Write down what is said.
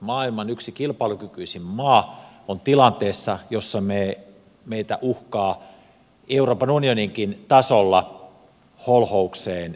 maailman yksi kilpailukykyisin maa on tilanteessa jossa meitä uhkaa euroopan unioninkin tasolla holhoukseen joutuminen